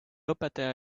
õpetaja